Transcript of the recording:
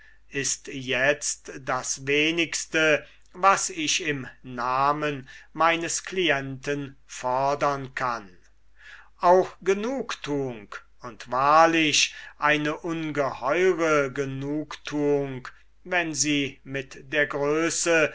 ist itzt das wenigste was ich im namen meines clienten fodern kann auch genugtuung und wahrlich eine ungeheure genugtuung wenn sie mit der größe